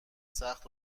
سخت